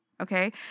okay